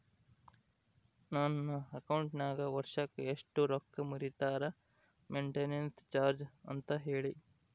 ನನ್ನ ಅಕೌಂಟಿನಾಗ ವರ್ಷಕ್ಕ ಎಷ್ಟು ರೊಕ್ಕ ಮುರಿತಾರ ಮೆಂಟೇನೆನ್ಸ್ ಚಾರ್ಜ್ ಅಂತ ಹೇಳಿ?